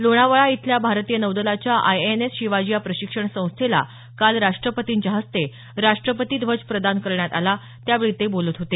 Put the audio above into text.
लोणावळा इथल्या भारतीय नौदलाच्या आयएनएस शिवाजी या प्रशिक्षण संस्थेला काल राष्ट्रपतींच्या हस्ते राष्ट्रपती ध्वज प्रदान करण्यात आला त्यावेळी ते बोलत होते